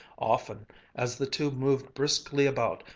often as the two moved briskly about,